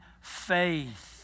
faith